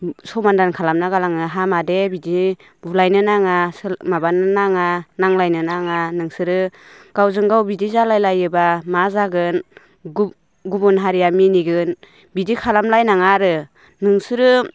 समाधान खालामना गालाङो हामा दे बिदि बुलायनो नाङा माबानो नाङा नांज्लायनो नाङा नोंसोरो गावजों गाव बिदि जालायलायोबा मा जागोन गुबुन हारिया मिनिगोन बिदि खालाम लायनाङा आरो नोंसोरो